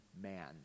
man